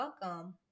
welcome